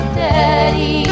daddy